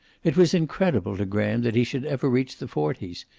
it was incredible to graham that he should ever reach the forties,